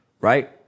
right